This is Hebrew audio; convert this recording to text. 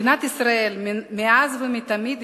מדינת ישראל מאז ומתמיד